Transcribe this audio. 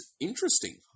interesting